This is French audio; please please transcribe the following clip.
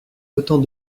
autant